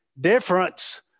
difference